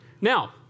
Now